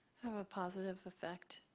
have a positive effect.